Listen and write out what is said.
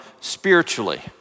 spiritually